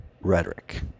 rhetoric